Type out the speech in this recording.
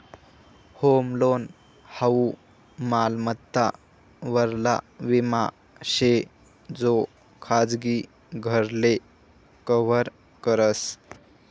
home loan हाऊ मालमत्ता वरला विमा शे जो खाजगी घरले कव्हर करस